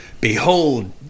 Behold